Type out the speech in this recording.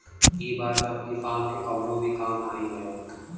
इ बार त अपनी फर्म के कवनो भी काम नाही भयल